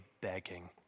Begging